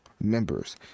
members